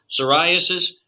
psoriasis